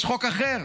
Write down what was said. יש חוק אחר,